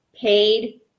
paid